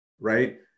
right